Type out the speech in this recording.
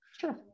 Sure